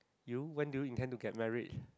you when do you intend to get married